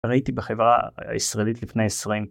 ראיתי בחברה הישראלית לפני 20.